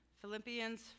Philippians